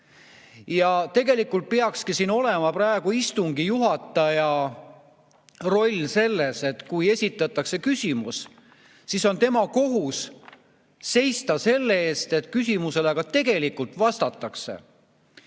Tegelikult peakski siin olema istungi juhataja roll selles, et kui esitatakse küsimus, siis on tema kohus seista selle eest, et küsimusele ka tegelikult vastataks.